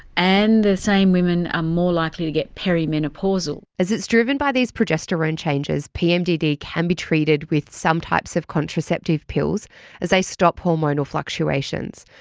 and the same women are more likely to get perimenopausal. as it is driven by these progesterone changes, pmdd can be treated with some types of contraceptive pills as they stop hormonal fluctuations.